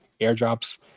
airdrops